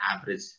average